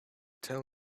tell